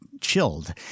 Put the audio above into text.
chilled